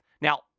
now